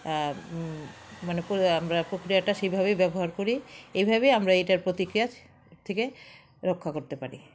মানে আমরা প্র প্রক্রিয়াটা সেইভাবেই ব্যবহার করি এইভাবেই আমরা এটার প্রতিক্রিয়া থেকে রক্ষা করতে পারি